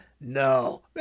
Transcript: No